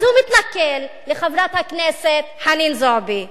אז הוא מתנכל לחברת הכנסת חנין זועבי.